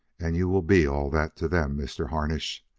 and you will be all that to them, mr. harnish.